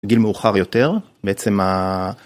גיל מאוחר יותר בעצם.